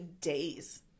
days